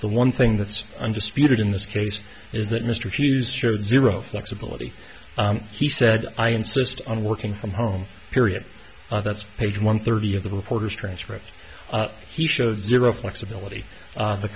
the one thing that's undisputed in this case is that mr hughes showed zero flexibility he said i insist on working from home period that's page one thirty of the reporter's transcript he showed zero flexibility